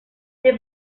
les